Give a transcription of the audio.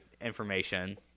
information